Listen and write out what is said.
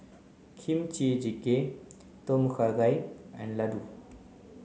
Kimchi Jjigae Tom Kha Gai and Ladoo